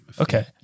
Okay